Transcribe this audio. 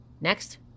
Next